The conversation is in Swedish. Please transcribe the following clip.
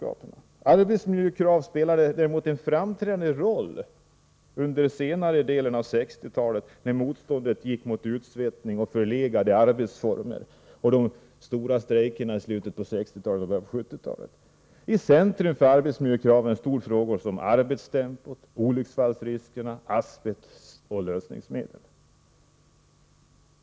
Arbetsmiljökrav spelade däremot en framträdande roll under senare delen av 1960-talet, när motståndet riktade sig mot utsvettning och förlegade arbetsformer. Vi hade de stora strejkerna i slutet på 1960-talet och början på 1970-talet. I centrum för arbetsmiljökraven stod frågor om arbetstempo, olycksfallsrisker, asbest och lösningsmedel.